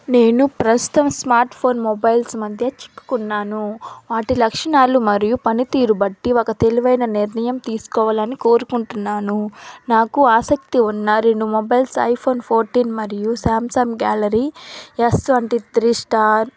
నేను ప్రస్తుతం smart phone mobiles మధ్య చిక్కుకున్నాను వాటి లక్షణాలు మరియు పనితీరు బట్టి ఒక తెలివైన నిర్ణయం తీసుకోవాలని కోరుకుంటున్నాను నాకు ఆసక్తి ఉన్న రెండు మొబైల్స్ ఐఫోన్ ఫోర్టీన్ మరియు Samsung Galaxy S twenty three star